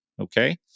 Okay